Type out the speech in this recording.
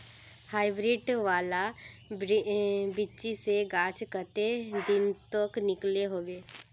Hybrid वाला बिच्ची से गाछ कते दिनोत निकलो होबे?